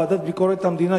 ועדת ביקורת המדינה,